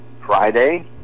Friday